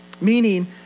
Meaning